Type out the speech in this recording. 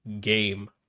Game